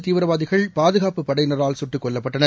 தீவிரவாதிகள்பாதுகாப்பு படையினரால் சுட்டுக் கொல்லப்பட்டனர்